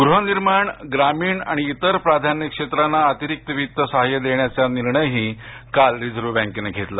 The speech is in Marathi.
गृहनिर्माण ग्रामीण आणि इतर प्राधान्यक्षेत्राना अतिरिक्त वित्तसहाय्य देण्याचा निर्णयही आज रिझर्व बँकेनं घेतला